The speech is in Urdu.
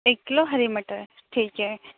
ایک کلو ہری مٹر ٹھیک ہے